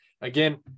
Again